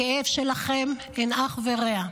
לכאב שלכם אין אח ורע.